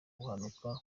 guhanuka